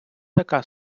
така